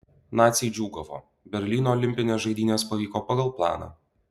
naciai džiūgavo berlyno olimpinės žaidynės pavyko pagal planą